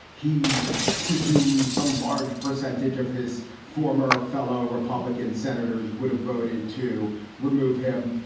he presumes some large percentage of his former fellow republican senators would have voted to remove him.